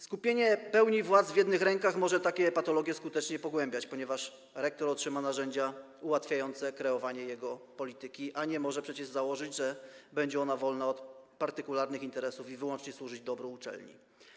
Skupienie pełni władz w jednych rękach może takie patologie skutecznie pogłębiać, ponieważ rektor otrzyma narzędzia ułatwiające kreowanie jego polityki, a nie można przecież założyć, że będzie ona wolna od partykularnych interesów i wyłącznie służyć dobru uczelni.